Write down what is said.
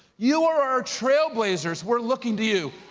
you are our trailblazers. we're looking to you.